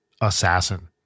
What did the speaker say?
assassin